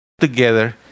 together